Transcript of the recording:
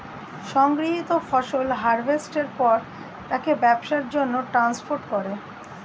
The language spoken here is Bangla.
সংগৃহীত ফসল হারভেস্টের পর তাকে ব্যবসার জন্যে ট্রান্সপোর্ট করে